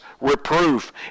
reproof